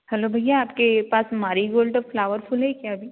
hello भैया आपके पास मारीगोल्ड फ्लावर फूल है क्या अभी